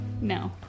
No